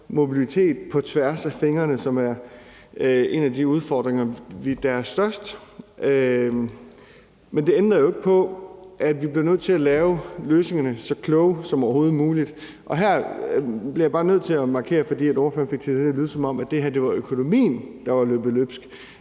mobilitet på tværs af fingrene, hvilket er en af de udfordringer, der er størst. Men det ændrer jo ikke på, at vi bliver nødt til at lave løsningerne så kloge som overhovedet muligt. Og her bliver jeg bare nødt til at markere, fordi ordføreren fik det til at lyde, som om det var økonomien, der var løbet løbsk